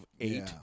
eight